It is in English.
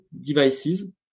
devices